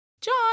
John